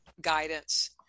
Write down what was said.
guidance